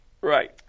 Right